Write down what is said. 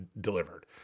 delivered